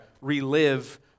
relive